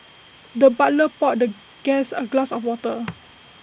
the butler poured the guest A glass of water